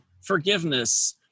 forgiveness